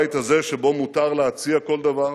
הבית הזה, שבו מותר להציע כל דבר,